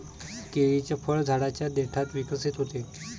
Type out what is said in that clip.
केळीचे फळ झाडाच्या देठात विकसित होते